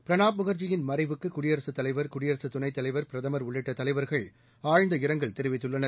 பிரணாப் முகர்ஜியின் மறைவுக்கு குடியரசுத் தலைவர் குடியரசு துணைத் தலைவர் பிரதமர் உள்ளிட்ட தலைவர்கள் ஆழ்ந்த இரங்கல் தெரிவித்துள்ளனர்